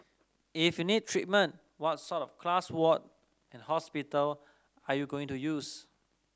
if you need treatment what sort of class ward and hospital are you going to use